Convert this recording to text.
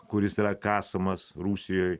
kuris yra kasamas rusijoj